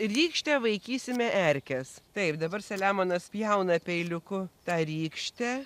rykšte vaikysime erkes taip dabar selemonas pjauna peiliuku tą rykštę